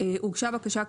הוגשה בקשה,